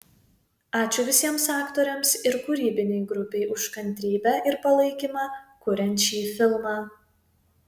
ačiū visiems aktoriams ir kūrybinei grupei už kantrybę ir palaikymą kuriant šį filmą